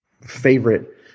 favorite